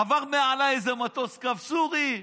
עבר מעליי איזה מטוס קו סורי.